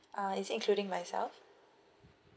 uh is it including myself